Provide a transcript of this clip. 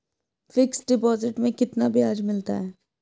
Fix deposit में कितना ब्याज मिलता है?